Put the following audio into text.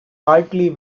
partly